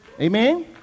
Amen